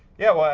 yeah well,